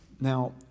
Now